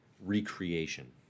recreation